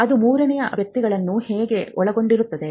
ಇದು ಮೂರನೇ ವ್ಯಕ್ತಿಗಳನ್ನು ಹೇಗೆ ಒಳಗೊಂಡಿರುತ್ತದೆ